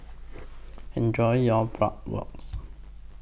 Enjoy your Bratwurst